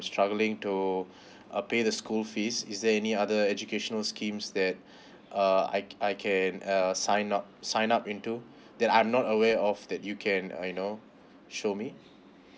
struggling to uh pay the school fees is there any other educational schemes that uh I I can uh sign up sign up into that I'm not aware of that you can uh you know show me